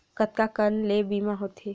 कतका कन ले बीमा होथे?